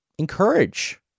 Encourage